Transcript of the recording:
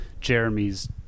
Jeremy's